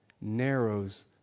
narrows